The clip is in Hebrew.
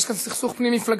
יש סכסוך פנים-מפלגתי.